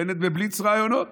בנט בבליץ ראיונות.